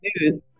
news